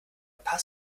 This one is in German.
paz